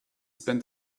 spent